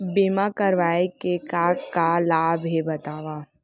बीमा करवाय के का का लाभ हे बतावव?